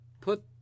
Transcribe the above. put